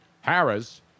Harris